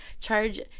charge